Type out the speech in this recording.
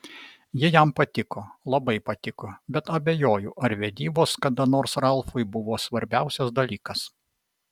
ji jam patiko labai patiko bet abejoju ar vedybos kada nors ralfui buvo svarbiausias dalykas